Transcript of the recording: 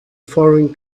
foreign